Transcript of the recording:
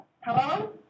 Hello